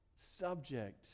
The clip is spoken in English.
subject